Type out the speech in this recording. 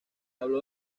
habló